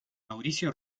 mauricio